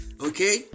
okay